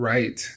Right